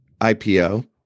IPO